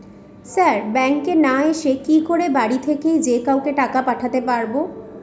Sir ব্যাঙ্কে না এসে কি করে বাড়ি থেকেই যে কাউকে টাকা পাঠাতে পারবো?